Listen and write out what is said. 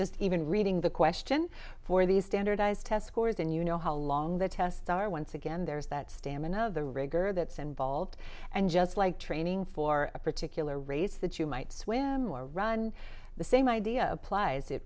just even reading the question for these standardized test scores and you know how long the tests are once again there's that stamina of the rigor that's involved and just like training for a particular race that you might swim or run the same idea applies it